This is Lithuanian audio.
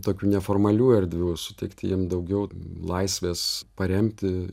tokių neformalių erdvių suteikt jiem daugiau laisvės paremti